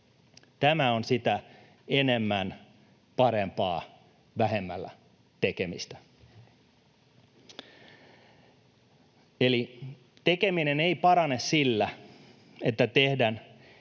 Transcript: Tämä on sitä enemmän, parempaa, vähemmällä ‑tekemistä. Eli tekeminen ei parane sillä, että tehdään